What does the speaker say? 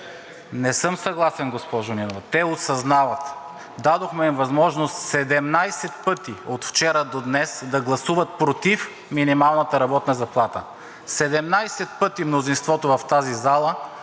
Не съм съгласен, госпожо Нинова, те осъзнават. Дадохме им възможност 17 пъти от вчера до днес да гласуват против минималната работна заплата. 17 пъти мнозинството в тази зала